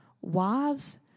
wives